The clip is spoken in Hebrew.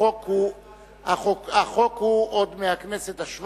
חוק ומשפט להחיל דין רציפות על הצעת חוק אימוץ ילדים (תיקון מס' 7),